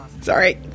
Sorry